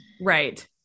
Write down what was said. Right